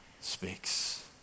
speaks